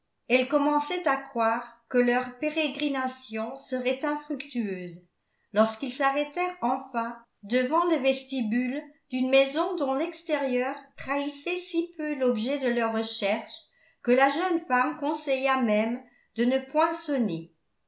elle commençait à croire que leurs pérégrinations seraient infructueuses lorsqu'ils s'arrêtèrent enfin devant le vestibule d'une maison dont l'extérieur trahissait si peu l'objet de leurs recherches que la jeune femme conseilla même de ne